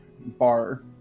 bar